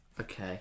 Okay